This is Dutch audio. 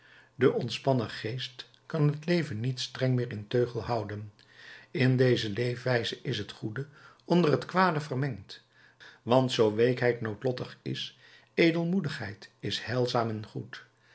de ontspannen geest kan het leven niet streng meer in teugel houden in deze leefwijze is het goede onder het kwade vermengd want zoo weekheid noodlottig is edelmoedigheid is heilzaam en goed